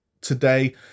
today